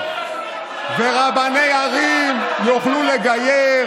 ורבני ערים יוכלו לגייר.